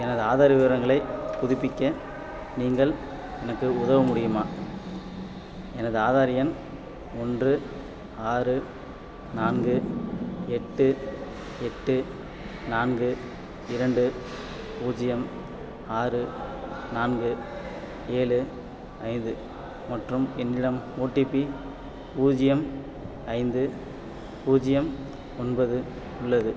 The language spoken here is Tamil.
எனது ஆதார் விவரங்களைப் புதுப்பிக்க நீங்கள் எனக்கு உதவ முடியுமா எனது ஆதார் எண் ஒன்று ஆறு நான்கு எட்டு எட்டு நான்கு இரண்டு பூஜ்ஜியம் ஆறு நான்கு ஏழு ஐந்து மற்றும் என்னிடம் ஓடிபி பூஜ்ஜியம் ஐந்து பூஜ்ஜியம் ஒன்பது உள்ளது